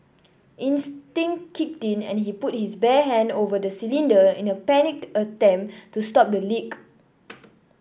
instinct kicked in and he put his bare hand over the cylinder in a panicked attempt to stop the leak